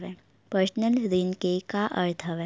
Personal ऋण के का अर्थ हवय?